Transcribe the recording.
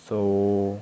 so